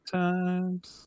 times